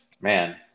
man